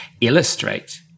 illustrate